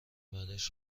بعدش